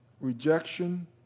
rejection